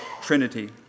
trinity